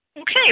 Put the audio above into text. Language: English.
okay